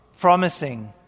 promising